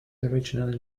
originally